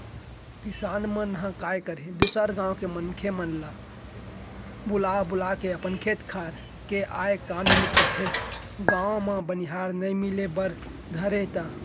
किसान मन ह काय करही दूसर गाँव के मनखे मन ल बुला बुलाके अपन खेत खार के आय काम ल निपटाथे, गाँव म बनिहार नइ मिले बर धरय त